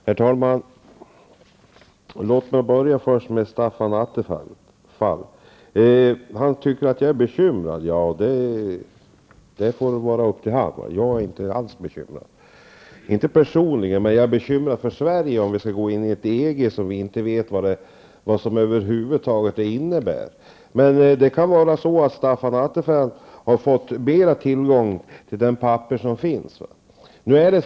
Herr talman! Stefan Attefall tyckte att jag verkade bekymrad. Det är upp till honom, för jag är inte alls bekymrad, i alla fall inte personligen. Däremot är jag bekymrad över hur det skall bli med Sverige om vi går med i EG, eftersom vi över huvud taget inte vet vad det innebär. Men Staffan Attefall kan ju ha haft tillgång till mer information än den som finns tillgänglig.